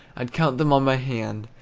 i'd count them on my hand,